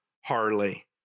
Harley